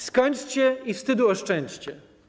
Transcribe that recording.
Skończcie i wstydu oszczędźcie!